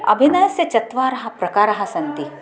अभिनयस्य चत्वारः प्रकाराः सन्ति